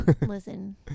Listen